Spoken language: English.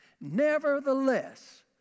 Nevertheless